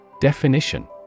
Definition